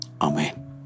Amen